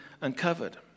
uncovered